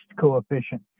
coefficient